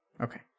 okay